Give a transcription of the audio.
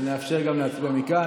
נאפשר גם להצביע מכאן.